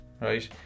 right